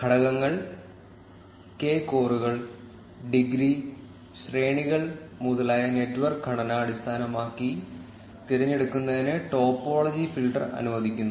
ഘടകങ്ങൾ കെ കോറുകൾ ഡിഗ്രി ശ്രേണികൾ മുതലായ നെറ്റ്വർക്ക് ഘടന അടിസ്ഥാനമാക്കി തിരഞ്ഞെടുക്കുന്നതിന് ടോപ്പോളജി ഫിൽട്ടർ അനുവദിക്കുന്നു